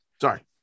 sorry